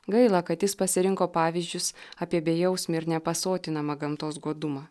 gaila kad jis pasirinko pavyzdžius apie bejausmį ir nepasotinamą gamtos godumą